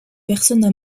personnes